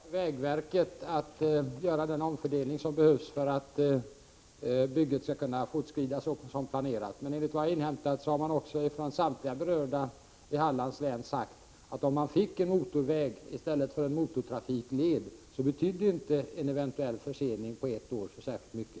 Herr talman! Det är en fråga för Vägverket att göra den omfördelning som behövs för att bygget skall kunna fortskrida som planerat. Enligt vad jag inhämtat har man från samtliga berörda i Hallands län sagt att om man får en motorväg i stället för en motortrafikled betyder inte en eventuell försening på ett år särskilt mycket.